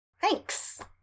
Thanks